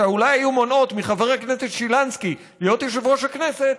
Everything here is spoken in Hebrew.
שאולי היו מונעות מחבר הכנסת שילנסקי להיות יושב-ראש הכנסת,